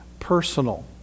personal